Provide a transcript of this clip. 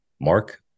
Mark